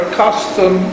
custom